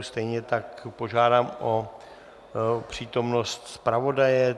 Stejně tak požádám o přítomnost zpravodaje.